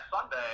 Sunday